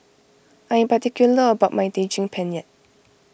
I am particular about my Daging Penyet